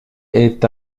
est